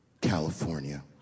California